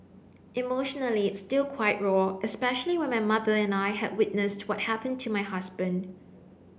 emotionally it's still quite raw especially when my mother and I had witnessed what happened to my husband